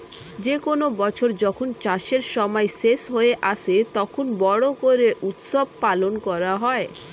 যে কোনো বছর যখন চাষের সময় শেষ হয়ে আসে, তখন বড়ো করে উৎসব পালন করা হয়